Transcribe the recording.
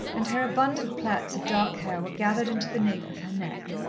and her abundant plaits of dark hair were gathered into the nape of her neck,